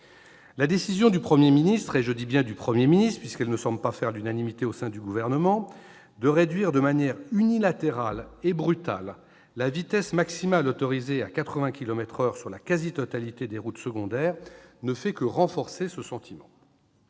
La décision du Premier ministre- je dis bien du Premier ministre, puisqu'elle ne semble pas faire l'unanimité au sein du Gouvernement -de réduire de manière unilatérale et brutale la vitesse maximale autorisée à 80 kilomètres par heure sur la quasi-totalité des routes secondaires ne fait que renforcer ce sentiment.